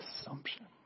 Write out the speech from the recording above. assumption